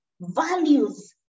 Values